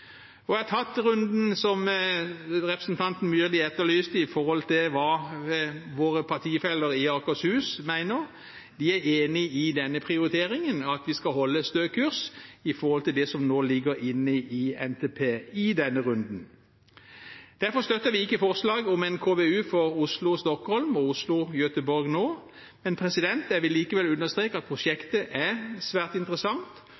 vedtatt. Jeg har tatt runden som representanten Myrli etterlyste når det gjelder hva våre partifeller i Akershus mener. De er enig i denne prioriteringen, at vi skal holde stø kurs i forhold til det som ligger i NTP i denne runden. Derfor støtter vi ikke forslaget om en KVU for Oslo–Stockholm og Oslo–Göteborg nå. Men jeg vil likevel understreke at prosjektet er svært interessant,